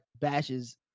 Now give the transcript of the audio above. bashes